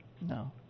No